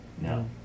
No